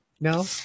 No